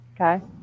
Okay